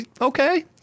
Okay